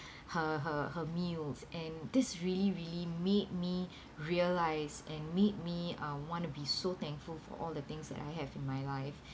her her her meals and this really really made me realise and made me uh want to be so thankful for all the things that I have in my life